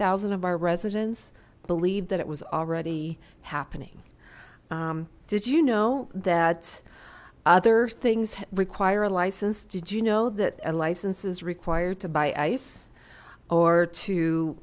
thousand of our residents believed that it was already happening did you know that other things require a license did you know that a license is required to buy ice or to